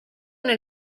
nel